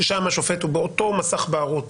ושם השופט הוא באותו מסך בערות